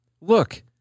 Look